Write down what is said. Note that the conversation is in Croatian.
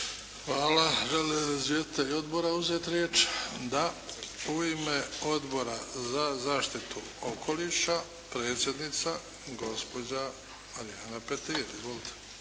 Hvala. Želi li izvjestitelj odbora uzeti riječ? Da. U ime Odbora za zaštitu okoliša, predsjednica gospođa Marijana Petir. Izvolite.